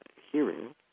hearing